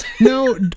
No